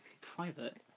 private